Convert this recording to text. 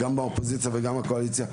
גם בקואליציה וגם באופוזיציה.